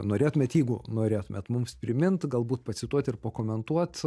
norėtumėt jeigu norėtumėt mums primint galbūt pacituot ir pakomentuot